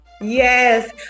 Yes